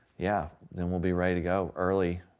yeah, then we'll be ready to go early,